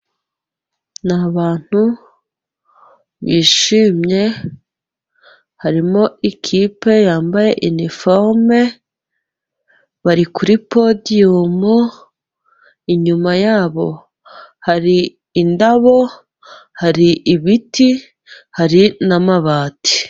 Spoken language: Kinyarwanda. Ni abantu bishimye, harimo ikipe yambaye iniforume, bari kuri podiyumu, inyuma yabo hari indabo, hari ibiti, hari n'amabati.